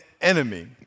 enemy